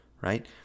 right